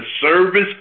service